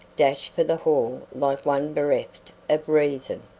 dashed for the hall like one bereft of reason.